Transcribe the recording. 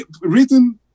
written